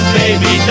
baby